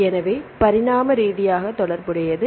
எனவே பரிணாம ரீதியாக தொடர்புடையது ஆகும்